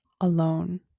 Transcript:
alone